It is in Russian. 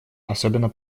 особенно